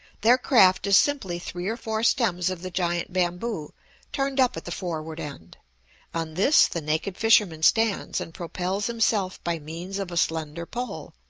their craft is simply three or four stems of the giant bamboo turned up at the forward end on this the naked fisherman stands and propels himself by means of a slender pole.